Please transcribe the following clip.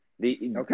Okay